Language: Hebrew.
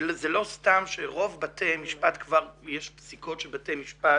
וזה לא סתם שרוב בתי המשפט --- כבר יש פסיקות של בתי המשפט